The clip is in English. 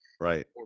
Right